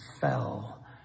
fell